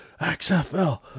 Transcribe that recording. XFL